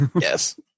yes